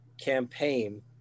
campaign